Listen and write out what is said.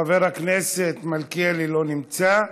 חבר הכנסת מלכיאלי, לא נמצא,